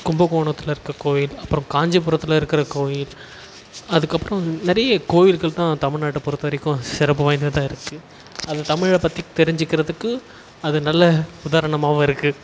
கும்பகோணத்தில் இருக்க கோவில் அப்புறம் காஞ்சிபுரத்தில் இருக்கிற கோவில் அதுக்கப்புறம் நிறைய கோவில்கள் தான் தமிழ்நாட்டை பொறுத்தவரைக்கும் சிறப்பு வாய்ந்ததாக இருக்குது அது தமிழை பற்றி தெரிஞ்சிக்கிறதுக்கு அது நல்ல உதாரணமாகவும் இருக்கும்